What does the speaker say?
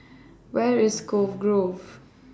Where IS Cove Grove